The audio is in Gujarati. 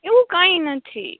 એવું કાઇ નથી